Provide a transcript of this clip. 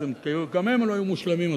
גם הם לא היו מושלמים,